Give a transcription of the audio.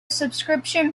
subscription